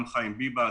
גם חיים ביבס,